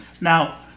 Now